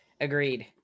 Agreed